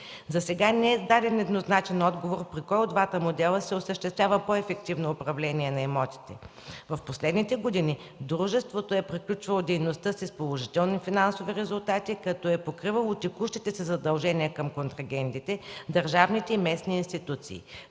Засега не е даден еднозначен отговор при кой от двата модела ще се осъществява по-ефективно управление на имотите. В последните години дружеството е приключвало дейността си с положителни финансови резултати, като е покривало текущите си задължения към контрагентите, държавните и местни институции.